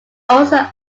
also